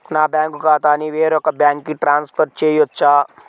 నా బ్యాంక్ ఖాతాని వేరొక బ్యాంక్కి ట్రాన్స్ఫర్ చేయొచ్చా?